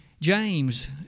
James